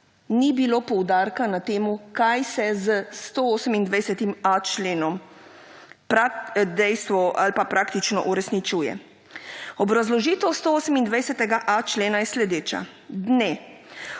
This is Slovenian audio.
ni bilo poudarka na temu, kaj se z 128.a členom, pra…, dejstvo ali pa praktično uresničuje. Obrazložitev 128.a člena je sledeča.